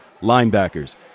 linebackers